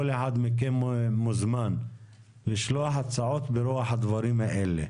כל אחד מכם מוזמן לשלוח הצעות ברוח הדברים האלה.